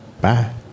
Bye